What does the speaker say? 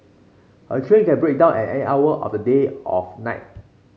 a train can break down at any hour of the day of night